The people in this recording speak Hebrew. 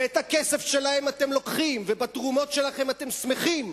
ואת הכסף שלהם אתם לוקחים ובתרומות שלהם אתם שמחים,